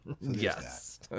Yes